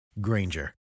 Granger